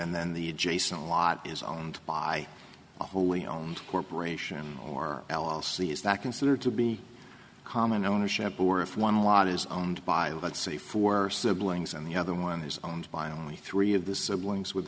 and then the adjacent lot is owned by a wholly owned corporation or l l c is that considered to be common ownership or if one lot is owned by let's say four siblings and the other one is owned by only three of the siblings w